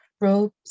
Robes